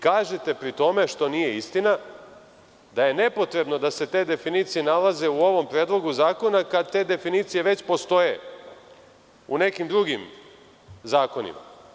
Kažete pri tome, što nije istina, da je nepotrebno da se te definicije nalaze u ovom predlogu zakona kada te definicije već postoje u nekim drugim zakonima.